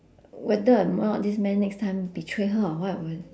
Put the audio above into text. whether or not this man next time betray her or what will